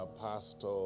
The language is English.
Pastor